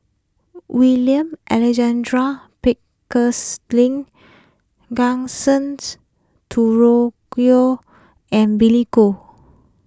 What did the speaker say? William and Billy Koh